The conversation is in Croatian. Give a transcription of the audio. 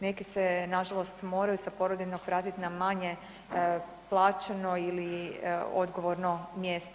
Neki se na žalost moraju sa porodiljnog vratiti na manje plaćeno ili odgovorno mjesto.